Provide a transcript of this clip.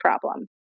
problem